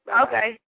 Okay